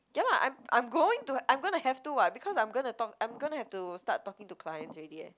ya lah I'm I'm going to I'm gonna have to [what] because I'm gonna talk I'm gonna have to start talking to clients already eh